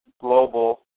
Global